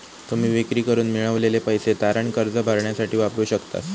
तुम्ही विक्री करून मिळवलेले पैसे तारण कर्ज भरण्यासाठी वापरू शकतास